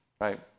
Right